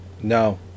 No